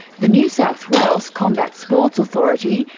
the new south wales combat sports authority,